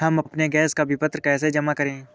हम अपने गैस का विपत्र कैसे जमा करें?